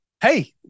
hey